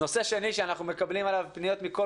נושא שני שאנחנו מקבלים עליו פניות מכול